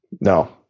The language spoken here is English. No